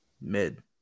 Mid